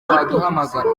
waduhamagara